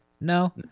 No